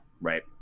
right